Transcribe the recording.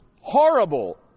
horrible